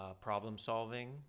problem-solving